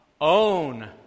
own